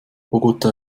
bogotá